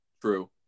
True